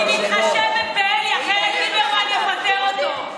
אני מתחשבת באלי, אחרת ליברמן יפטר אותו.